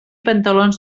pantalons